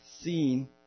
seen